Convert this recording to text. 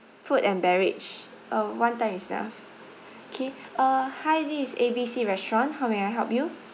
food and beverage uh one time is enough okay uh hi this is A_B_C restaurant how may I help you